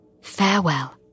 Farewell